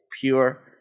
pure